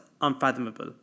unfathomable